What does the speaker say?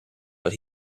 but